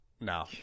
no